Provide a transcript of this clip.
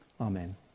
Amen